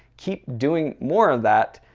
keep doing more of that.